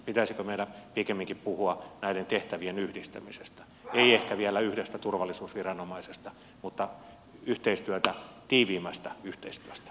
pitäisikö meidän pikemminkin puhua näiden tehtävien yhdistämisestä ei ehkä vielä yhdestä turvallisuusviranomaisesta mutta yhteistyöstä tiiviimmästä yhteistyöstä